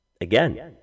again